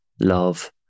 love